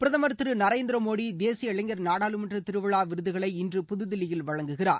பிரதமர் திரு நரேந்திரமோடி தேசிய இளைஞர் நாடாளுமன்ற திருவிழா விருதுகளை இன்று புதுதில்லியில் வழங்குகிறார்